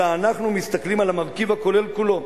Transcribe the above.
"אלא אנחנו מסתכלים על המרכיב הכולל כולו,